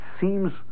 seems